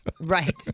Right